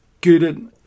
good